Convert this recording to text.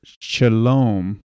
Shalom